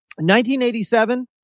1987